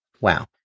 Wow